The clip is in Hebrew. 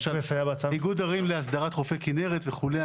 למשל איגוד ערים להסדרת חופי כינרת וכולי.